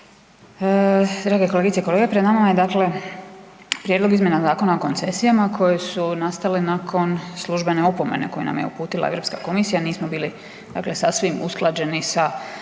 Drage kolegice i kolege, pred nama je dakle prijedlog izmjena Zakona o koncesijama koje su nastale nakon službene opomene koju nam je uputila Europska komisija, nismo bili dakle sasvim usklađeni sa